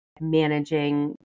managing